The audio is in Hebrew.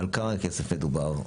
על כמה כסף מדובר,